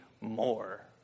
more